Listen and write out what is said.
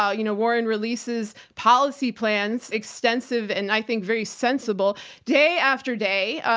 ah you know warren releases policy plans, extensive and i think very sensible day after day.